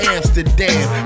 Amsterdam